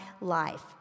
life